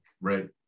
right